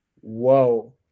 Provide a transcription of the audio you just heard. Whoa